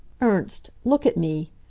ernst, look at me!